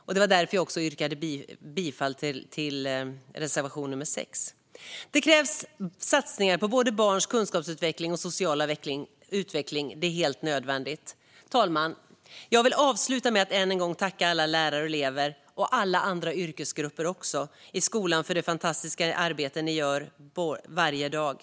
Det var också därför jag yrkade bifall till reservation nr 6. Det krävs satsningar på barns kunskapsutveckling och sociala utveckling; det är helt nödvändigt. Fru talman! Jag vill avsluta med att än en gång tacka alla lärare och elever - och alla andra yrkesgrupper i skolan också - för det fantastiska arbete ni gör varje dag.